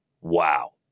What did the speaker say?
wow